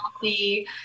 healthy